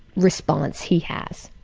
response he has,